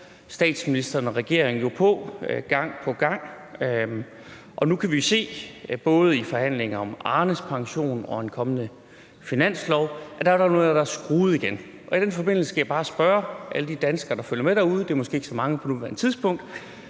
statsministeren og regeringen jo på gang på gang, og nu kan vi jo se, at der både i forhandlingerne om Arnes pension og om en kommende finanslov er blevet skruet igen. I den forbindelse skal jeg bare – af hensyn til alle de danskere, der følger med derude; det er måske ikke så mange på nuværende tidspunkt